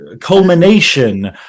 culmination